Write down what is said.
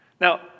Now